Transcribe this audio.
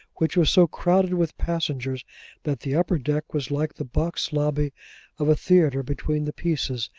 which was so crowded with passengers that the upper deck was like the box lobby of a theatre between the pieces,